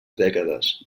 dècades